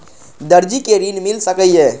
दर्जी कै ऋण मिल सके ये?